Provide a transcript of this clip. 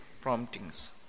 promptings